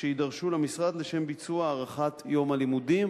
שיידרשו למשרד לשם ביצוע הארכת יום הלימודים,